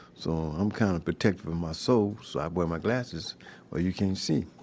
so i'm kind of protective of my soul. so i wear my glasses where you can't see.